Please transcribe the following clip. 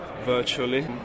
virtually